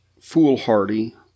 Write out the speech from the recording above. foolhardy